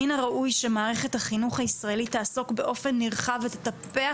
מן הראוי שמערכת החינוך הישראלית תעסוק באופן נרחב ותטפח